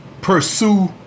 Pursue